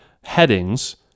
headings